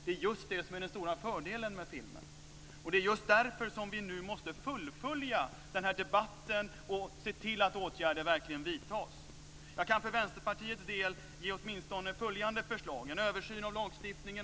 Det är just det som är den stora fördelen med filmen. Det är just därför som vi nu måste fullfölja den här debatten och se till att åtgärder verkligen vidtas. Jag kan för Vänsterpartiets del ge några förslag. Vi har diskuterat en översyn av lagstiftningen.